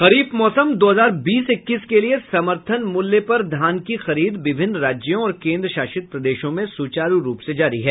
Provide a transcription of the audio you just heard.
खरीफ मौसम दो हजार बीस इक्कीस के लिए समर्थन मूल्य पर धान की खरीद विभिन्न राज्यों और केन्द्रशासित प्रदेशों में सुचारू रूप से जारी है